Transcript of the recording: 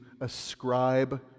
ascribe